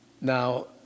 Now